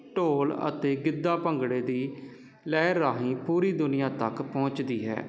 ਢੋਲ ਅਤੇ ਗਿੱਧਾ ਭੰਗੜੇ ਦੀ ਲਹਿਰ ਰਾਹੀਂ ਪੂਰੀ ਦੁਨੀਆਂ ਤੱਕ ਪਹੁੰਚਦੀ ਹੈ